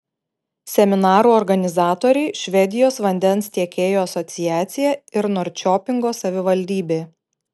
seminarų organizatoriai švedijos vandens tiekėjų asociacija ir norčiopingo savivaldybė